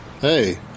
Hey